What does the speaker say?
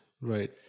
Right